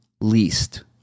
least